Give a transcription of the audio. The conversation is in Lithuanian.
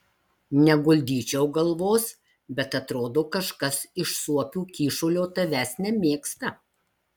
neguldyčiau galvos bet atrodo kažkas iš suopių kyšulio tavęs nemėgsta